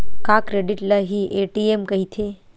का क्रेडिट ल हि ए.टी.एम कहिथे?